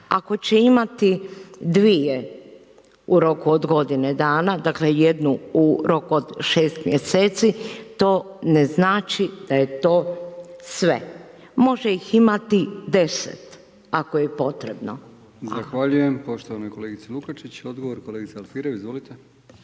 Ako će imati dvije u roku od godine dana, dakle jednu u roku od 6 mjeseci to ne znači da je to sve. Može ih imati 10 ako je potrebno. **Brkić, Milijan (HDZ)** Zahvaljujem poštovanoj kolegici Lukačić. Odgovor, kolegica Alfirev, izvolite.